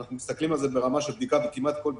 ואנחנו מסתכלים על זה ברמה של בדיקה ודגימת כל השבים,